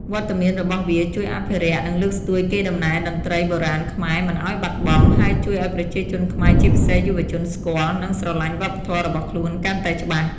វត្តមានរបស់វាជួយអភិរក្ស និងលើកស្ទួយកេរដំណែលតន្ត្រីបុរាណខ្មែរមិនឱ្យបាត់បង់ ហើយជួយឱ្យប្រជាជនខ្មែរជាពិសេសយុវជនស្គាល់ និងស្រឡាញ់វប្បធម៌របស់ខ្លួនកាន់តែច្បាស់។